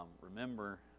Remember